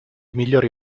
migliori